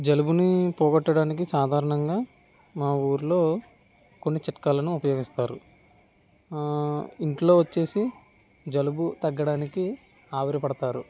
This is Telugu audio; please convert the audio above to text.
జలుబుని పోగొట్టడానికి సాధారణంగా మా ఊర్లో కొన్ని చిట్కాలను ఉపయోగిస్తారు ఇంట్లో వచ్చేసి జలుబు తగ్గడానికి ఆవిరి పడుతారు